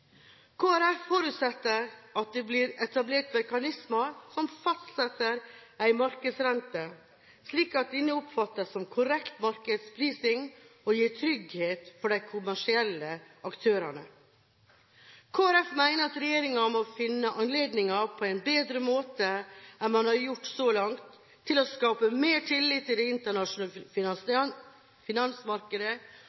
Folkeparti forutsetter at det blir etablert mekanismer som fastsetter en markedsrente, slik at denne oppfattes som korrekt markedsprising og gir trygghet for de kommersielle aktørene. Kristelig Folkeparti mener at regjeringen må finne anledninger, på en bedre måte enn man har gjort så langt, til å skape mer tillit i det internasjonale